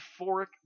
euphoric